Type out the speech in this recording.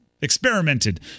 experimented